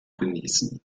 genießen